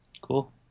Cool